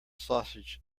sausage